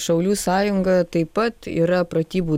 šaulių sąjunga taip pat yra pratybų